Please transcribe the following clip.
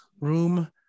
room